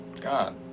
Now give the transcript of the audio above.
God